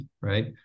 right